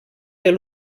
del